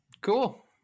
Cool